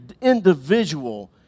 individual